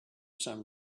some